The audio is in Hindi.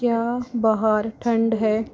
क्या बाहर ठंड है